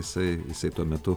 jisai jisai tuo metu